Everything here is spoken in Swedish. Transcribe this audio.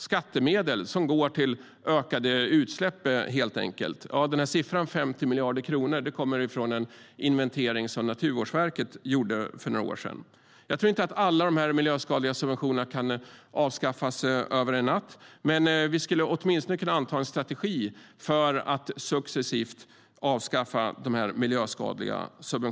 Skattemedel går till ökade utsläpp, helt enkelt. Siffran 50 miljarder kronor kommer från en inventering som Naturvårdsverket gjorde för några år sedan. Jag tror inte att alla de här miljöskadliga subventionerna kan avskaffas över en natt, men vi skulle åtminstone kunna anta en strategi för att successivt avskaffa dem.